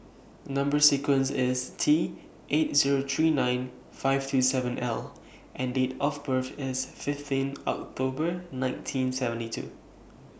Number sequence IS T eight Zero three nine five two seven L and Date of birth IS fifteen October nineteen seventy two